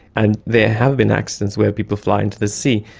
and there have been accidents where people fly into the sea.